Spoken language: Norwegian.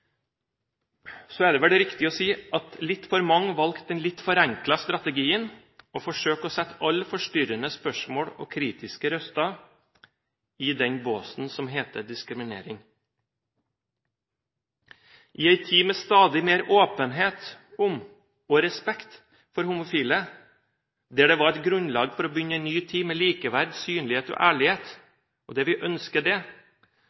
Så er det vel riktig å si at litt for mange valgte den litt forenklede strategien å forsøke å sette alle forstyrrende spørsmål og kritiske røster i den båsen som heter diskriminering. I en tid med stadig mer åpenhet om og respekt for homofile, der det var et grunnlag for å begynne en ny tid med likeverd, synlighet og ærlighet – og vi ønsket det